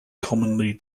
commonly